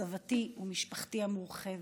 סבתי ומשפחתי המורחבת.